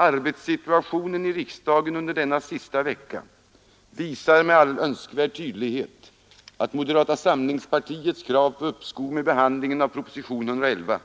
Arbetssituationen i riksdagen under denna sista vecka visar med all önskvärd tydlighet att moderata samlingspartiets krav på uppskov med behandlingen av propositionen 111